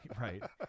Right